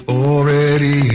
already